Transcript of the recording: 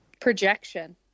Projection